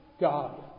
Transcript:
God